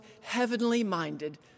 heavenly-minded